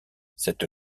cette